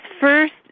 first